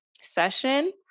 session